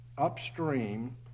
upstream